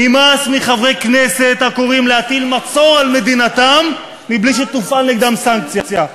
נמאס מחברי כנסת הקוראים להטיל מצור על מדינתם בלי שתופעל נגדם סנקציה,